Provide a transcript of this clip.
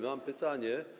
Mam pytanie.